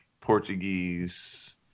Portuguese